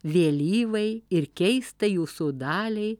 vėlyvai ir keistai jūsų daliai